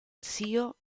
zio